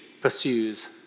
pursues